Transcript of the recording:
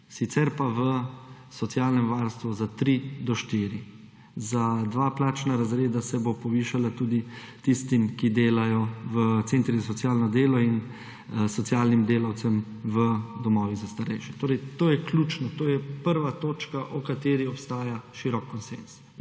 sicer pa v socialnem varstvu za 3 do 4. Za dva plačna razreda se bo povišala tudi tistim, ki delajo v centrih za socialno delo in socialnim delavcem v domovih za starejše. Torej, to je ključno, to je prva točka, o kateri obstaja širok konsenz.